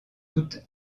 toutes